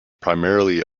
primarily